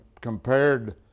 compared